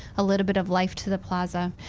a little bit of life to the plaza.